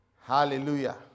Hallelujah